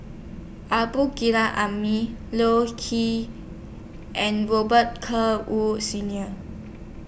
Abdul Hamid Loh Chee and Robet Carr Woods Senior